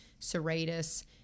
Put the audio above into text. serratus